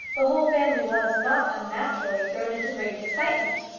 the whole family was, not unnaturally, thrown into great excitement.